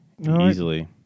easily